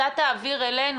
אתה תעביר אלינו,